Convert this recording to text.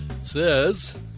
says